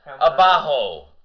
abajo